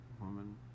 woman